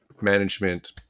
management